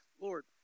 Lord